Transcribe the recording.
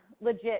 legit